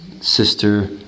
Sister